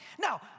Now